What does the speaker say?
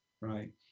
right